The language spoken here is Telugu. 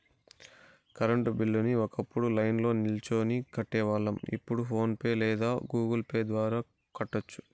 కరెంటు బిల్లుని ఒకప్పుడు లైన్ల్నో నిల్చొని కట్టేవాళ్ళం, ఇప్పుడు ఫోన్ పే లేదా గుగుల్ పే ద్వారా కూడా కట్టొచ్చు